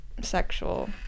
sexual